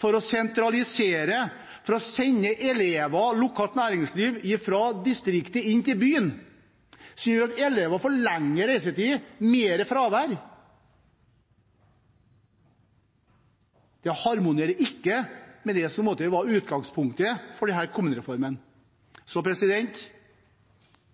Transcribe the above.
for å sentralisere og sende elever og lokalt næringsliv fra distriktet og inn til byen, noe som gjør at elevene får lengre reisetid og mer fravær. Det harmonerer ikke med det som var utgangspunktet for denne kommunereformen.